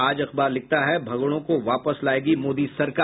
आज अखबार लिखता है भगोड़ों को वापस लायेगी मोदी सरकार